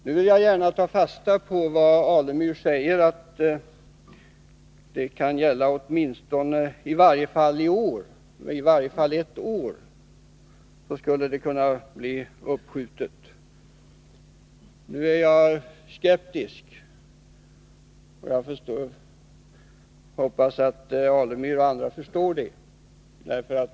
Nu vill jag gärna ta fasta på vad Stig Alemyr säger, att den föreslagna ordningen skall tillämpas i varje fall ett år. Emellertid är jag skeptisk, och jag hoppas att Stig Alemyr och andra förstår det.